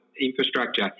infrastructure